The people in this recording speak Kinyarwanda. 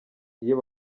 iyo